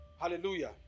Hallelujah